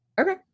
Okay